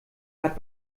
hat